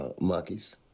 monkeys